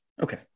Okay